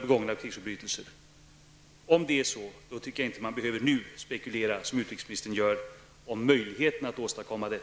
Om svaret är ja, tycker jag inte att det är nödvändigt att nu, som utrikesministern gör, spekulera i möjligheterna att åstadkomma det.